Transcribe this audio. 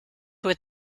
with